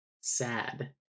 sad